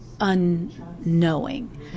unknowing